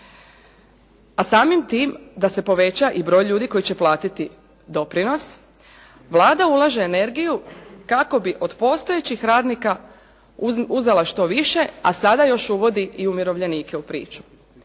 a samim tim da se poveća i broj ljudi koji će platiti doprinos Vlada ulaže energiju kako bi od postojećih radnika uzela što više a sada još uvodi i umirovljenike u priču.